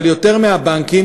אבל יותר מהבנקים,